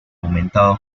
aumentado